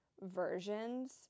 versions